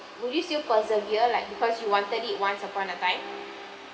would you still persevere like because you wanted it once upon a time